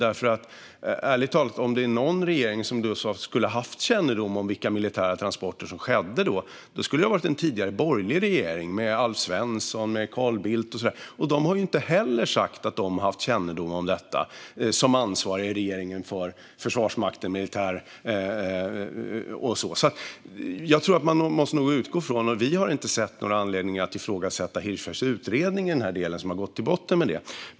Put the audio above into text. Ärligt talat - om det är någon regering som skulle ha haft kännedom om vilka militära transporter som skedde då skulle det ha varit en tidigare borgerlig regering, med Alf Svensson, Carl Bildt och så vidare. De har inte heller sagt att de haft kännedom om detta, som ansvariga i regeringen för Försvarsmakten och militären. Vi har inte sett några anledningar att ifrågasätta Hirschfeldts utredning, som har gått till botten med detta.